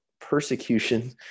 persecution